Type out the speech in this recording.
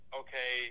okay